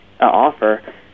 offer